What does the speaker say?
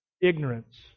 ignorance